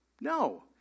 No